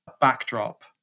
backdrop